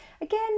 Again